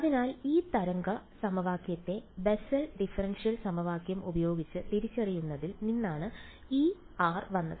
അതിനാൽ ഈ തരംഗ സമവാക്യത്തെ ബെസൽ ഡിഫറൻഷ്യൽ സമവാക്യം ഉപയോഗിച്ച് തിരിച്ചറിയുന്നതിൽ നിന്നാണ് ഈ r വന്നത്